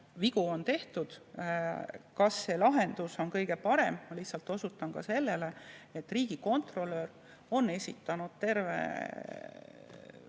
Vigu on tehtud. Kas see lahendus on kõige parem? Ma lihtsalt osutan ka sellele, et riigikontrolör on esitanud terve